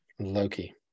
Loki